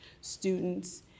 students